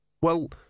Well